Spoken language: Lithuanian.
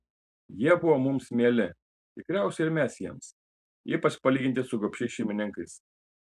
jie buvo mums mieli tikriausiai ir mes jiems ypač palyginti su gobšiais šeimininkais